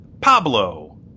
Pablo